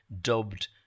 dubbed